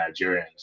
nigerians